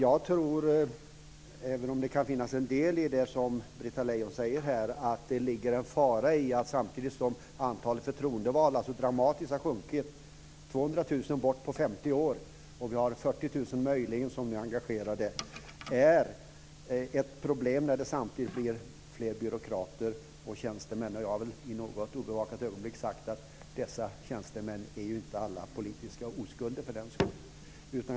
Herr talman! Det kan finnas en del i det Britta Lejon säger här. Men jag tror att det ligger en fara i detta att antalet förtroendevalda så dramatiskt har sjunkit. 200 000 har försvunnit på 50 år, och vi har 40 000 som möjligen är engagerade. Det är ett problem när det samtidigt blir fler byråkrater och tjänstemän. Jag har väl i något obevakat ögonblick sagt att dessa tjänstemän inte alla är politiska oskulder.